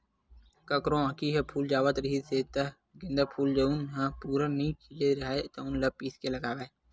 कखरो आँखी ह फूल जावत रिहिस हे त गोंदा फूल जउन ह पूरा नइ खिले राहय तउन ल पीस के लगावय